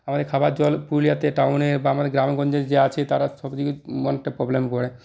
আমাদের খাবার জল পুরুলিয়াতে টাউনে বা আমাদের গ্রামে গঞ্জে যে আছে তারা সবথেকে অনেকটা প্রবলেম করে